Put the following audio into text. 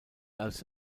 als